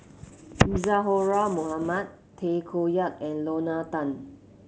Isadhora Mohamed Tay Koh Yat and Lorna Tan